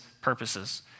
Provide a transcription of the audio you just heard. purposes